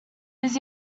his